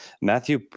Matthew